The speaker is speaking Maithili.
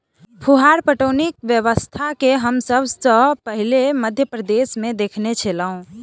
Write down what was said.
फुहार पटौनी व्यवस्था के हम सभ सॅ पहिने मध्य प्रदेशमे देखने छलौं